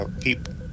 people